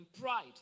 Pride